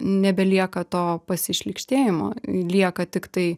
nebelieka to pasišlykštėjimo lieka tiktai